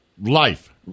life